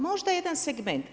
Možda jedan segment.